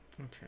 Okay